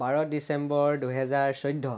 বাৰ ডিচেম্বৰ দুহেজাৰ চৈধ্য